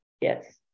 yes